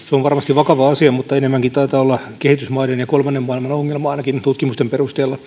on varmasti vakava asia mutta enemmänkin taitaa olla kehitysmaiden ja kolmannen maailman ongelma ainakin tutkimusten perusteella